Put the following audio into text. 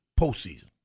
postseason